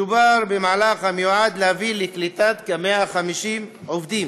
מדובר במהלך המיועד להביא לקליטת כ-150 עובדים,